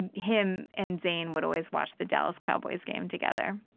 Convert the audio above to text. and him and zane would always watch the dallas cowboys game together.